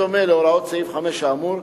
בדומה להוראות סעיף 5 האמור,